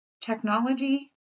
technology